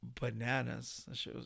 bananas